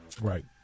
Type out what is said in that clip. Right